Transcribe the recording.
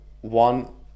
one